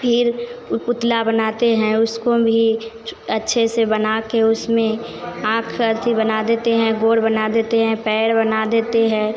फिर ऊ पुतला बनाते हैं उसको भी अच्छे से बनाकर उसमें आँख ऐसी बना देते हैं गोल बना देते हैं पैर बना देते हैं